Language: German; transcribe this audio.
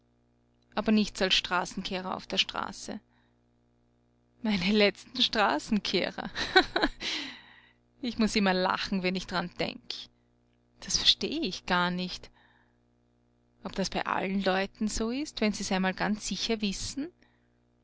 aber nichts als straßenkehrer auf der straße meine letzten straßenkehrer ha ich muß immer lachen wenn ich d'ran denk das versteh ich gar nicht ob das bei allen leuten so ist wenn sie's einmal ganz sicher wissen